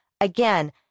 again